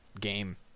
game